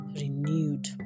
renewed